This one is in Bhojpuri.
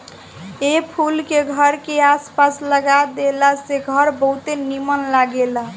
ए फूल के घर के आस पास लगा देला से घर बहुते निमन लागेला